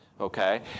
okay